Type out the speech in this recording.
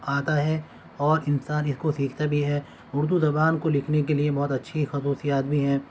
آتا ہے اور انسان اس کو سیکھتا بھی ہے اردو زبان کو لکھنے کے لیے بہت اچھی خصوصیات بھی ہیں